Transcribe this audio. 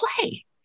play